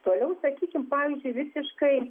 toliau sakykim pavyzdžiui visiškai